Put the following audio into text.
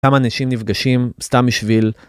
כמה אנשים נפגשים סתם בשביל.